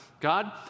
God